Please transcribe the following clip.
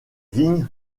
vignes